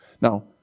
Now